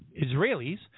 Israelis